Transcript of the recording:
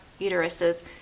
uteruses